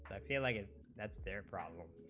feel like a that's their problem